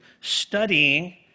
studying